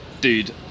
dude